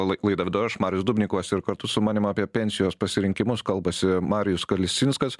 l laidą vedu aš marius dubnikovas ir kartu su manim apie pensijos pasirinkimus kalbasi marijus kalesinskas